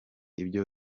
ibyo